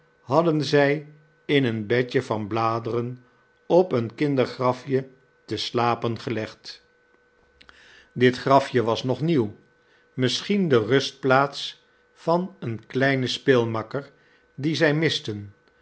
hadden zij in een bedje van bladeren op een kindergrafje te slapen gefegd dit grafje was nog nieuw misschien de rustplaats van een kleinen speelmakker dien zij misten